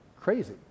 crazy